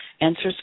answers